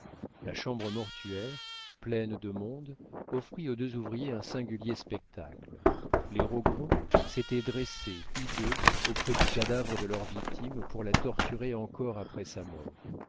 la chambre mortuaire pleine de monde offrit aux deux ouvriers un singulier spectacle les rogron s'étaient dressés hideux auprès du cadavre de leur victime pour la torturer encore après sa mort